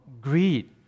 greed